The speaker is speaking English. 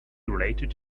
related